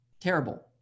Terrible